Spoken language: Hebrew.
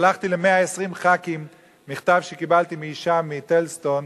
שלחתי ל-120 חברי כנסת מכתב שקיבלתי מאשה מטלז-סטון,